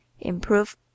improve